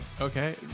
Okay